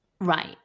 Right